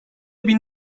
bin